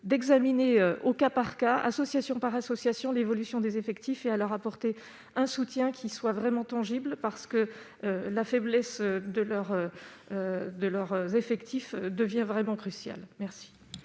d'examiner au cas par cas, association, par association d'évolution des effectifs et à leur apporter un soutien qui soit vraiment tangible, parce que la faiblesse de leur de leur effectif devient vraiment crucial merci.